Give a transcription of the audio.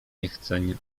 niechcenia